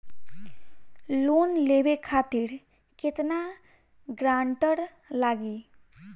Loan लेवे खातिर केतना ग्रानटर लागी?